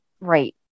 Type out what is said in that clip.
Right